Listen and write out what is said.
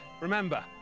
Remember